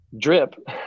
drip